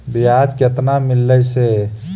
बियाज केतना मिललय से?